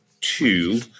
two